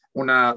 una